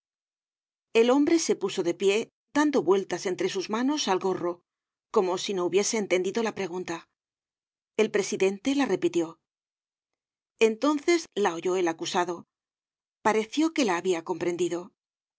el hombre se puso de pie dando vueltas entre sus manos al gorro como si no hubiese entendido la pregunta el presidente la repitió entonces la oyó el acusado pareció que la habia comprendido